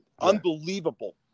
Unbelievable